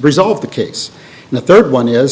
resolved the case the third one is